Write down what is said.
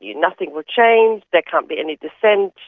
yeah nothing will change, there can't be any dissent,